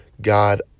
God